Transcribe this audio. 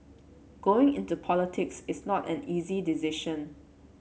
going into politics is not an easy decision